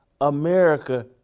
America